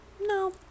No